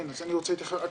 אני רוצה להתייחס.